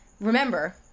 remember